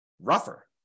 rougher